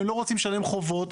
הם לא רוצים לשלם חובות.